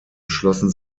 schlossen